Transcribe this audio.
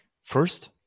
first